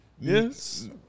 Yes